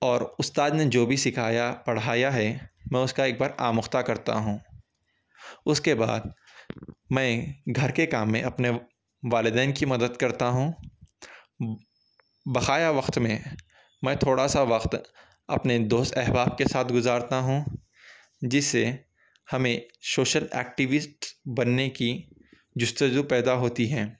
اور اُستاد نے جو بھی سکھایا پڑھایا ہے میں اُس کا ایک بار آموختہ کرتا ہوں اُس کے بعد میں گھر کے کام میں اپنے والدین کی مدد کرتا ہوں بقایا وقت میں میں تھوڑا سا وقت اپنے دوست احباب کے ساتھ گزارتا ہوں جس سے ہمیں شوشل ایکٹیوسٹ بننے کی جستجو پیدا ہوتی ہیں